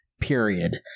period